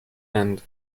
and